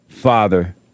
father